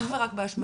אך ורק באשמתנו.